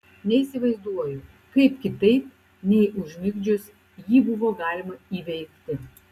neįsivaizduoju kaip kitaip nei užmigdžius jį buvo galima įveikti